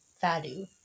value